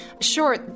Sure